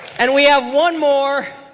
and we have one more